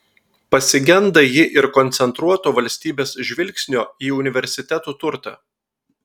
pasigenda ji ir koncentruoto valstybės žvilgsnio į universitetų turtą